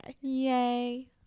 Yay